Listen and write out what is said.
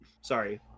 Sorry